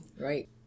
Right